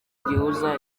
gihuza